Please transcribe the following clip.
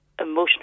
emotional